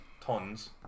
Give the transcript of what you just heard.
tons